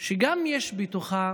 שגם בתוכה